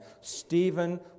Stephen